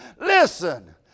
Listen